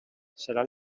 seran